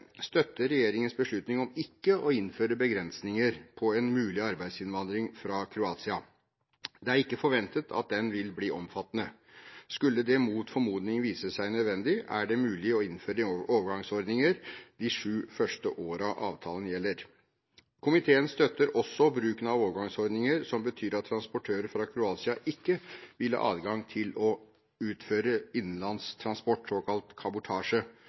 støtter regjeringens beslutning om ikke å innføre begrensninger på en mulig arbeidsinnvandring fra Kroatia. Det er ikke forventet at den vil bli omfattende. Skulle det mot formodning vise seg nødvendig, er det mulig å innføre overgangsordninger de sju første årene avtalen gjelder. Komiteen støtter også bruken av overgangsordninger som betyr at transportører fra Kroatia ikke vil ha adgang til å utføre innenlands transport, såkalt kabotasje,